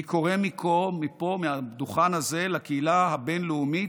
אני קורא מפה, מהדוכן זה, לקהילה הבין-לאומית: